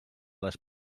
les